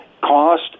cost